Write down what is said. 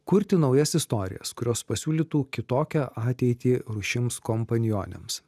kurti naujas istorijas kurios pasiūlytų kitokią ateitį rūšims kompanionėms